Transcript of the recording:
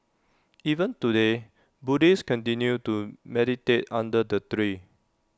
even today Buddhists continue to meditate under the tree